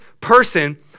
person